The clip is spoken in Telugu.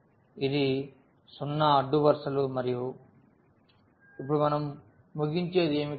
ఇది 0 అడ్డు వరుసలు మరియు ఇప్పుడు మనం ముగించేది ఏమిటి